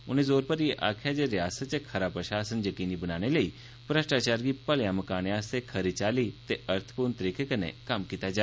उनें जोर भरियै आक्खेआ जे रियासत च खरा प्रशासन यकीनी बनाने लेई म्रष्टाचार गी मलेआं मकाने आस्तै खरी चाल्ली ते अर्थ पूर्ण तरीके कन्नै कम्म कीता जा